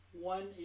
one